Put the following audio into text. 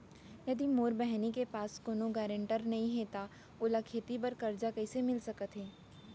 यदि मोर बहिनी के पास कोनो गरेंटेटर नई हे त ओला खेती बर कर्जा कईसे मिल सकत हे?